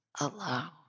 alone